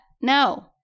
No